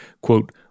Quote